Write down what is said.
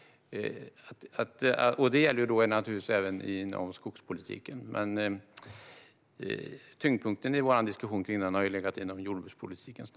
Detta gäller även inom skogspolitiken. Men tyngdpunkten i vår diskussion har legat på jordbrukspolitiken.